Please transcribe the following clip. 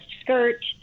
skirt